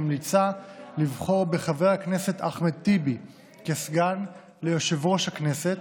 ועדת הכנסת ממליצה לבחור בחבר הכנסת אחמד טיבי לסגן ליושב-ראש הכנסת